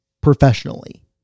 professionally